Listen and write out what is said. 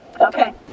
Okay